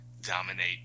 Dominate